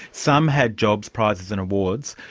some had jobs, prizes and awards,